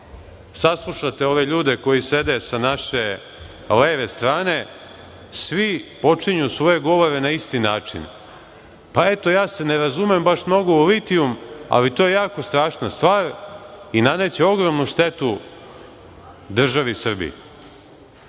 saslušate ove ljude koji sede sa naše leve strane, svi počinju svoje govore na isti način – pa eto, ja se ne razumem baš mnogo u litijum, ali to je jako strašna stvar i naneće ogromnu štetu državi Srbiji. Kao